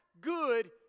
good